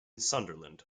sunderland